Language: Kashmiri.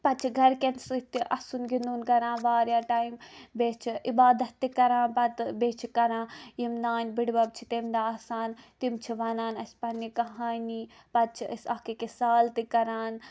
پَتہٕ چھِ گَرِکٮ۪ن سۭتۍ تہِ اَسُن گِندُن کَران واریاہ ٹایم بیٚیہِ چھِ عبادت تہِ کران پَتہٕ بیٚیہِ چھِ کَران یِم نانۍ بٕڑبَب چھِ تَمہ دۄہ آسان تِم چھِ ونان اَسہِ پَننہِ کہانی پتہٕ چھِ أسۍ اکھ أکس سال تہِ کَران